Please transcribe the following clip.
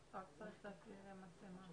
דבריי בצורה מאוד פשוטה.